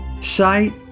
Sight